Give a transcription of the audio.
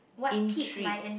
intrigues